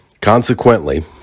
Consequently